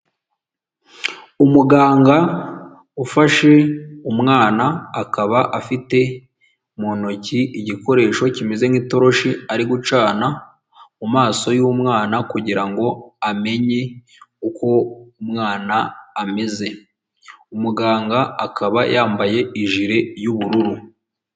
Umuganga ufashe umwana akaba afite mu ntoki igikoresho kimeze nk'itoroshi ari gucana mumaso yumwana kugira ngo amenye uko umwana ameze umuganga akaba yambaye ijile y'ubururu.